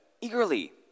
eagerly